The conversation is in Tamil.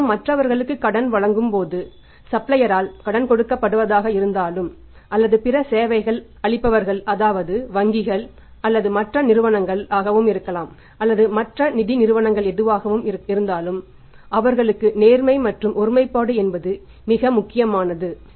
நாம் மற்றவர்களுக்கு கடன் வழங்கும் போது சப்ளையரால் கடன்கொடுக்கப்படுவதாக இருந்தாலும் அல்லது பிற சேவைகள் அளிப்பவர்கள் அதாவது வங்கிகள் அல்லது மற்ற நிறுவனங்கள் ஆகவும் இருக்கலாம் அல்லது மற்ற நிதி நிறுவனங்கள் எதுவாக இருந்தாலும் அவர்களுக்கு நேர்மை மற்றும் ஒருமைப்பாடு என்பது மிக முக்கியமானது ஆகும்